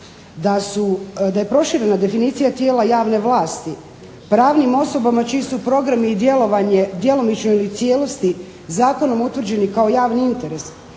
da je proširena definicija tijela javne vlasti pravnim osobama čiji su programi i djelovanje djelomično ili u cijelosti zakonom utvrđeni kao javni interes,